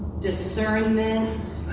discernment,